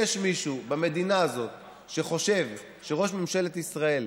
אתה בסוף מבזה את התפקיד של ראש ממשלה.